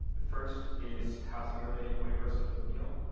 the first is housing related waivers of appeal,